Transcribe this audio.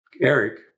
Eric